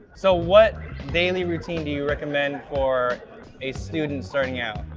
so what daily routine do you recommend for a student starting out?